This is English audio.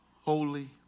holy